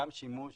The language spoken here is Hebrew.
גם שימוש